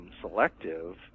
Selective